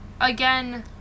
again